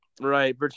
Right